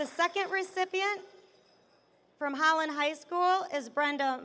the second recipient from holland high school as brenda